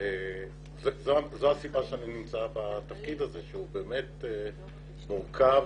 וזו הסיבה שאני נמצא בתפקיד הזה שהוא באמת מורכב